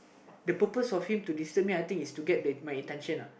the purpose of him to disturb me I think is to get the my attention uh